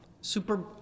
Super